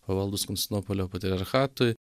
pavaldūs konstantinopolio patriarchatui